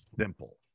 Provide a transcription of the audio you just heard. simple